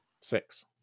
Six